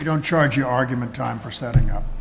you don't charge argument time for setting up